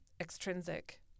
extrinsic